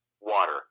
water